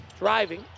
Driving